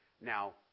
Now